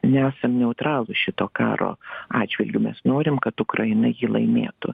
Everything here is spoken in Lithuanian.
nesam neutralūs šito karo atžvilgiu mes norim kad ukraina jį laimėtų